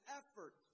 effort